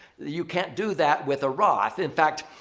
you can't do that with a roth. in fact,